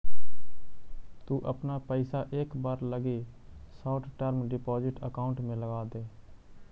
तु अपना पइसा एक बार लगी शॉर्ट टर्म डिपॉजिट अकाउंट में लगाऽ दे